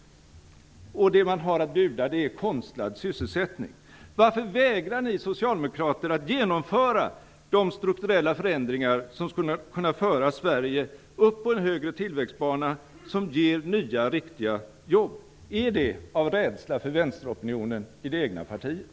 Vad man har att bjuda är konstlad sysselsättning. Varför vägrar ni socialdemokrater att genomföra de strukturella förändringar som skulle kunna föra Sverige upp på en högre tillväxtbana som ger nya riktiga jobb? Beror det på rädsla för vänsteropinionen i det egna partiet?